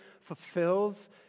fulfills